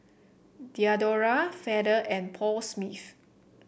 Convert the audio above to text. Diadora Feather and Paul Smith